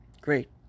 Great